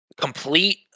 complete